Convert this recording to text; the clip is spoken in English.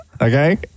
Okay